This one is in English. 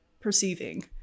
perceiving